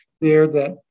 there—that